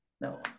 No